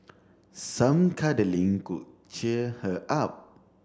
some cuddling could cheer her up